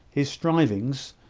his strivings,